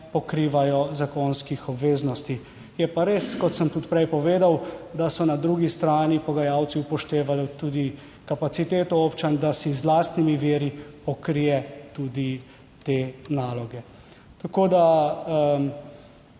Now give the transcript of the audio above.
pokrivajo zakonskih obveznosti Je pa res, kot sem tudi prej povedal, da so na drugi strani pogajalci upoštevali tudi kapaciteto občin, da si z lastnimi viri pokrijejo tudi te naloge. Tako